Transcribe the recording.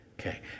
Okay